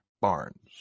Barnes